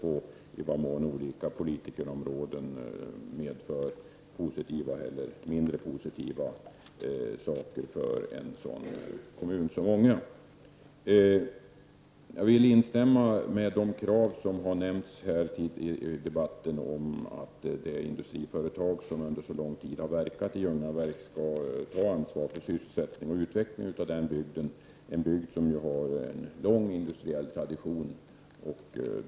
Det handlar då om i vad mån olika politikområden medför positiva eller mindre positiva effekter för en kommun som Ånge. Jag instämmer i de krav som framställts tidigare i denna debatt. De industriföretag som under lång tid har verkat i Ljungaverk skall alltså ta ett ansvar för sysselsättning och utveckling i den här bygden — en bygd som ju har lång industriell tradition.